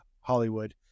hollywood